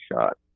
shot